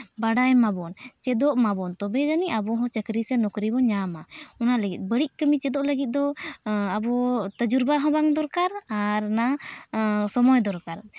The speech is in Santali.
ᱵᱟᱰᱟᱭ ᱢᱟᱵᱚᱱ ᱪᱮᱫᱚᱜ ᱢᱟᱵᱚᱱ ᱛᱚᱵᱮ ᱡᱟᱹᱱᱤᱡ ᱟᱵᱚ ᱦᱚᱸ ᱪᱟᱹᱠᱨᱤ ᱥᱮ ᱱᱚᱠᱨᱤ ᱵᱚᱱ ᱧᱟᱢᱟ ᱚᱱᱟ ᱞᱟᱹᱜᱤᱫ ᱵᱟᱹᱲᱤᱡ ᱠᱟᱹᱢᱤ ᱪᱮᱫᱚᱜ ᱞᱟᱹᱜᱤᱫ ᱫᱚ ᱟᱵᱚ ᱛᱮᱡᱩᱨᱵᱟ ᱦᱚᱸ ᱵᱟᱝ ᱫᱚᱨᱠᱟᱨ ᱟᱨ ᱚᱱᱟ ᱥᱚᱢᱚᱭ ᱫᱚᱨᱠᱟᱨ